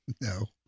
No